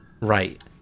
Right